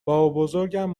بابابزرگم